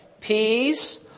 peace